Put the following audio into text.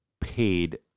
paid